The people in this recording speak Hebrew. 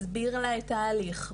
מסביר לה את ההליך,